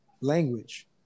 language